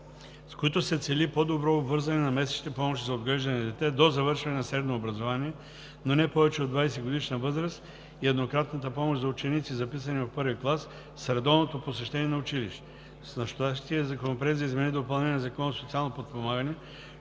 с които се цели по-добро обвързване на месечните помощи за отглеждане на дете до завършване на средно образование, но не повече от 20-годишна възраст и еднократната помощ за ученици, записани в първи клас, с редовното посещение на училище. С настоящия Законопроект за изменение и допълнение на Закона за социално подпомагане